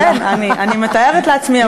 כן, אני מתארת לעצמי.